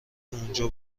اونجا